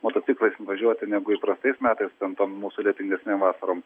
motociklais važiuoti negu įprastais metais ten tom mūsų lietingesnėm vasarom